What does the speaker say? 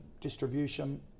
distribution